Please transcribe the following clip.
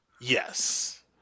Yes